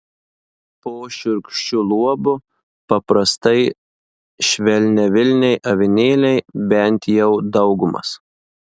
po šiurkščiu luobu paprastai švelniavilniai avinėliai bent jau daugumas